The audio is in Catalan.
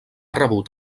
rebut